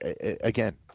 again